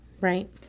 right